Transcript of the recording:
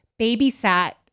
babysat